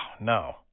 no